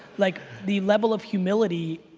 like the level of humility,